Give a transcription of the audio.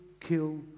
kill